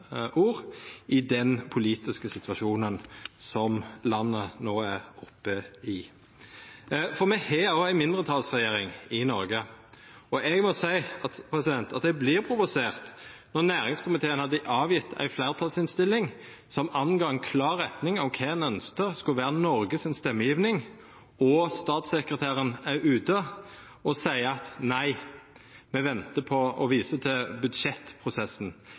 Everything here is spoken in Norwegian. ord i den politiske situasjonen som landet no er i. For me har ei mindretalsregjering i Noreg, og eg må seia at eg vert provosert når næringskomiteen hadde avgjeve ei fleirtalsinnstilling som angav ei klar retning om kva ein ønskte skulle vera Noregs stemmegiving, og statssekretæren er ute og seier at nei, me ventar, og viste til budsjettprosessen,